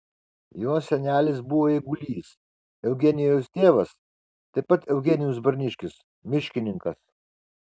jo senelis buvo eigulys eugenijaus tėvas taip pat eugenijus barniškis miškininkas